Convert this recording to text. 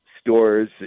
stores